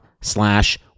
slash